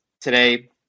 today